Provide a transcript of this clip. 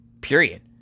Period